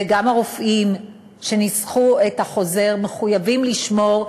וגם הרופאים שניסחו את החוזר מחויבים לשמור,